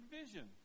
vision